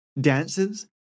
dances